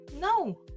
No